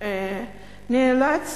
ניאלץ